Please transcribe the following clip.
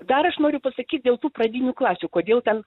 dar aš noriu pasakyt dėl tų pradinių klasių kodėl ten